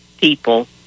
people